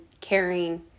caring